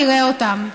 נראה אותם.